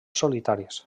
solitaris